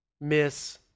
miss